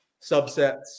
subsets